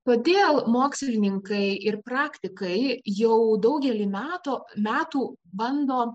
todėl mokslininkai ir praktikai jau daugelį meto metų bando